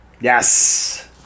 Yes